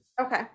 okay